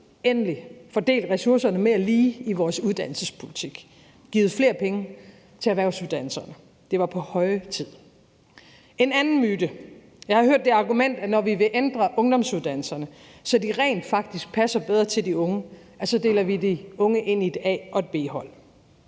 endelig – fordelt ressourcerne mere lige i vores uddannelsespolitik og givet flere penge til erhvervsuddannelserne. Det var på høje tid. Der eksisterer også en anden myte. Jeg har hørt det argument, at når vi vil ændre ungdomsuddannelserne, så de rent faktisk passer bedre til de unge, deler vi de unge ind i et A- og et B-hold.